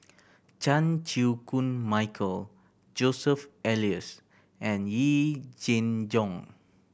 Chan Chew Koon Michael Joseph Elias and Yee Jenn Jong